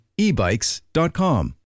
ebikes.com